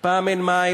פעם אין מים,